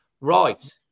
Right